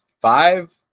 five